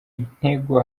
ntego